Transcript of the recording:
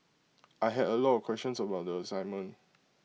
I had A lot of questions about the assignment